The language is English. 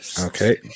Okay